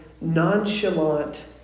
nonchalant